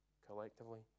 collectively